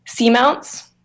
seamounts